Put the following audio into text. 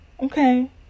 okay